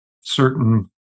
certain